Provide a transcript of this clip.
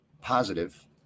positive